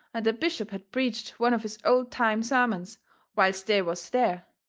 and the bishop had preached one of his old-time sermons whilst they was there,